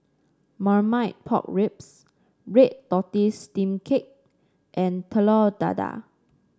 Marmite Pork Ribs Red Tortoise Steamed Cake and Telur Dadah